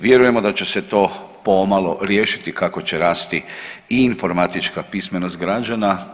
Vjerujemo da će se to pomalo riješiti kako će rasti i informatička pismenost građana.